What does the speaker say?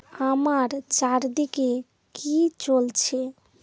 আমার চারদিকে কী চলছে